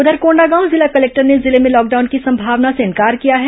उधर कोंडागांव जिला कलेक्टर ने जिले में लॉकडाउन की संभावना से इंकार किया है